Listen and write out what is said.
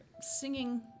singing